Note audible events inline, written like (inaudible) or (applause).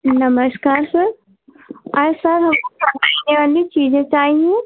नमस्कार sir sir (unintelligible) वाली चीज़ें चाहिए